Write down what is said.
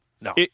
No